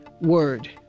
word